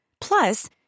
Plus